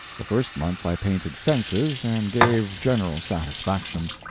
the first month i painted fences, and gave general satisfaction.